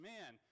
Man